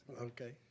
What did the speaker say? Okay